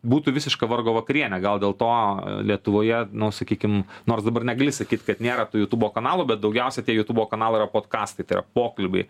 būtų visiška vargo vakarienė gal dėl to lietuvoje nu sakykim nors dabar negali sakyt kad nėra tų jutubo kanalų bet daugiausia tie jutubo kanalai yra potkastai tai yra pokalbiai